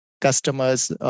customer's